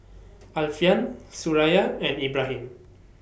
Alfian Suraya and Ibrahim